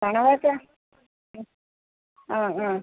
കണവ എത്ര ആ ആ